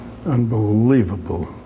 Unbelievable